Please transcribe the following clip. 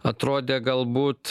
atrodė galbūt